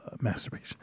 Masturbation